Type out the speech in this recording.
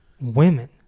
women